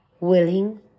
Willing